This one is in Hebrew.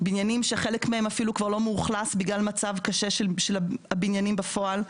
בניינים שחלק מהם אפילו כבר לא מאוכלס בגלל מצב קשה של הבניינים בפועל.